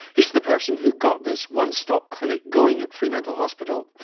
he's the person who got this one stop clinic going at fremantle hospital.